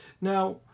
Now